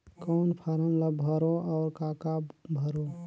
कौन फारम ला भरो और काका भरो?